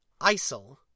ISIL